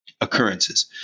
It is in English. occurrences